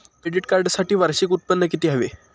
Credit कार्डसाठी वार्षिक उत्त्पन्न किती हवे?